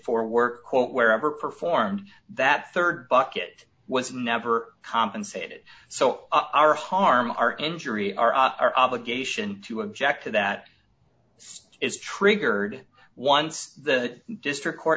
for work quote where ever performed that rd bucket was never compensated so our harm our injury our our obligation to object to that it is triggered once the district court